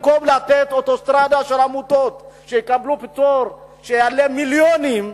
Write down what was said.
במקום לתת אוטוסטרדה של עמותות שיקבלו פטור שיעלה מיליונים,